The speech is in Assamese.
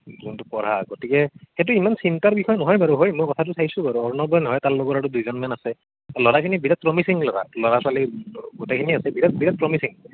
যোনটো পঢ়া গতিকে সেইটো ইমান চিন্তাৰ বিষয় নহয় বাৰু হয় বাৰু মই কথাটো চাইছোঁ বাৰু অৰ্ণৱেই নহয় তাৰ লগৰ আৰু দুইজনমান আছে ল'ৰাখিনি বিৰাট প্ৰমিচিং ল'ৰা ল'ৰা ছোৱালী গোটেইখিনি আছে বিৰাট প্ৰমিচিং